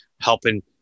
helping